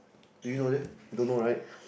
do you know that you don't know right